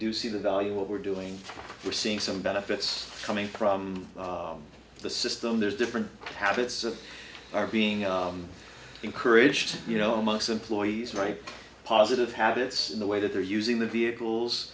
do see the value what we're doing we're seeing some benefits coming from the system there's different habits that are being encouraged you know most employees right positive habits in the way that they're using the vehicles